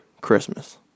Christmas